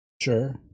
Sure